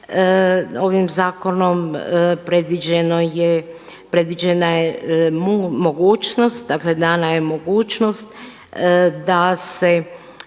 ovim zakonom predviđena je mogućnost, dana je mogućnost da se